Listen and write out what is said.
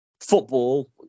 Football